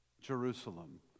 Jerusalem